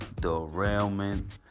derailment